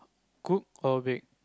cook or bake